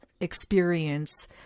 experience